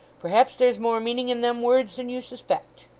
perhaps there's more meaning in them words than you suspect